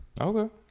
okay